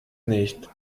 nicht